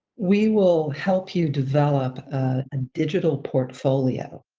we will help you develop a digital portfolio,